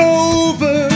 over